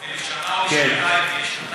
זה לשנה או לשנתיים?